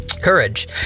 courage